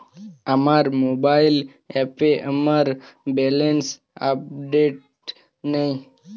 আমার মোবাইল অ্যাপে আমার ব্যালেন্স আপডেটেড নেই